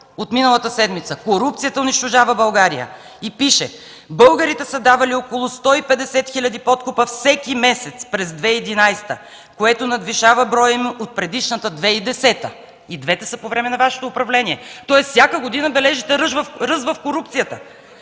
от миналата седмица: „Корупцията унищожава България” и пише: българите създавали около 150 хиляди подкупа всеки месец през 2011 г., което надвишава броя им от предишната 2010 г. (и двете са по време на Вашето управление). Тоест всяка година бележите ръст в корупцията.